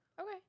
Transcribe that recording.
Okay